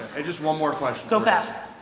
hey, just one more question. go fast.